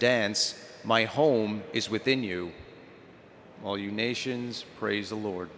dance my home is within you all you nations praise the lord